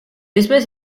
espèce